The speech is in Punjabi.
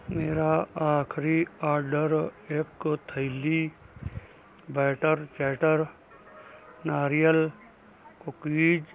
ਮੇਰਾ ਆਖਰੀ ਆਰਡਰ ਇੱਕ ਥੈਲੀ ਬੈਟਰ ਚੈਟਰ ਨਾਰੀਅਲ ਕੂਕੀਜ਼